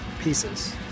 pieces